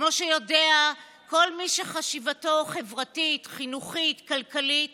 כמו שיודע כל מי שחשיבתו חברתית, חינוכית, כלכלית